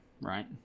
Right